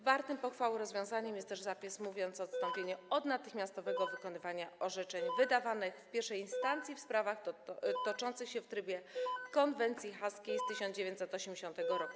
Wartym pochwały rozwiązaniem jest też zapis mówiący o odstąpieniu od natychmiastowego wykonywania orzeczeń wydawanych w pierwszej instancji w sprawach toczących się w trybie konwencji haskiej z 1980 r.